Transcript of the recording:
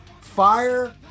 fire